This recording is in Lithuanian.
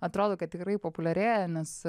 atrodo kad tikrai populiarėja nes